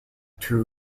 two